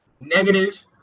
negative